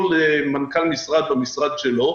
כל מנכ"ל משרד במשרד שלו,